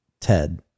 Ted